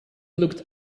looked